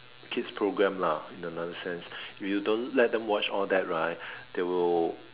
kids program lah in another sense if you don't let them watch all that right they will